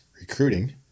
recruiting